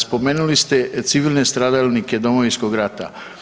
Spomenuli ste civilne stradalnike Domovinskog rata.